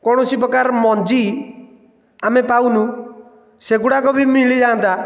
କୌଣସି ପ୍ରକାର ମଞ୍ଜି ଆମେ ପାଉନୁ ସେଗୁଡ଼ାକ ବି ମିଳିଯାଆନ୍ତା